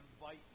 invite